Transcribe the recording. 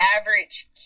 average